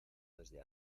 desde